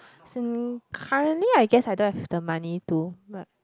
currently I guess I don't have the money to but